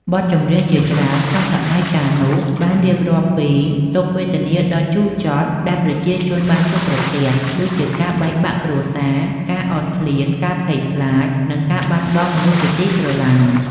បទចម្រៀងជាច្រើនក្នុងសម័យកាលនោះបានរៀបរាប់ពី ទុក្ខវេទនាដ៏ជូរចត់ ដែលប្រជាជនបានជួបប្រទះ ដូចជាការបែកបាក់គ្រួសារ ការអត់ឃ្លាន ការភ័យខ្លាច និងការបាត់បង់មនុស្សជាទីស្រឡាញ់។